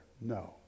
No